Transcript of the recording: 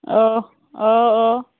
آ آ آ